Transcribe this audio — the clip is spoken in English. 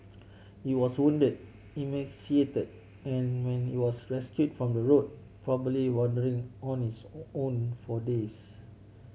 it was wounded emaciated and when it was rescued from the road probably wandering on its O own for days